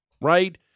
Right